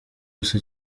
gusa